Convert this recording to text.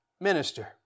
minister